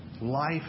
life